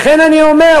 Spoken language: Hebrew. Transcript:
לכן אני אומר,